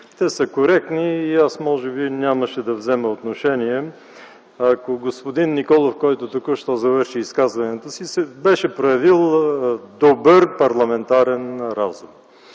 Те са коректни и аз може би нямаше да вземам отношение, ако господин Николов, който току-що завърши изказването си, беше проявил добър парламентарен разум.